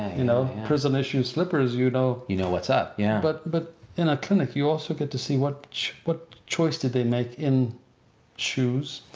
ah you know prison issue slippers, you know you know what's up. yeah but but in a clinic you also get to see what what choice did they make in shoes,